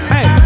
Hey